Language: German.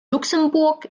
luxemburg